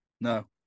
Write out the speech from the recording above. No